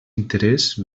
interès